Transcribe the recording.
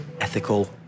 ethical